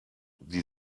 die